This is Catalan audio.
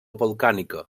volcànica